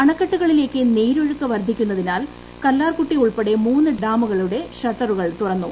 അണക്കെട്ടുകളിലേക്ക് നീരൊഴുക്ക് വർധിക്കുന്നതിനാൽ കല്ലാർകുട്ടി ഉൾപ്പെടെ മൂന്ന് ഡാമുകളുടെ ഷട്ടറുകൾ തുറന്നു